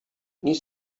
nic